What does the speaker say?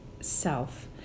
self